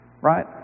Right